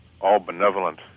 all-benevolent